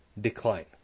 decline